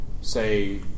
say